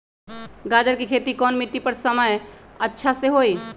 गाजर के खेती कौन मिट्टी पर समय अच्छा से होई?